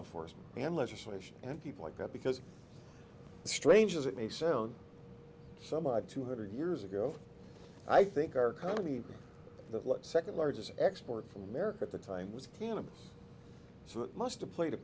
enforcement and legislation and people like that because strange as it may sound somebody two hundred years ago i think our company the second largest export from america at the time was cannabis so it must have played a